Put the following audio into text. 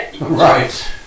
Right